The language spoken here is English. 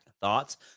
Thoughts